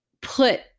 put